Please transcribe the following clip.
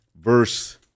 verse